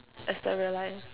is the real life